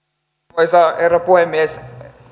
arvoisa herra puhemies